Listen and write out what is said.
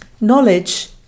Knowledge